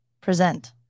Present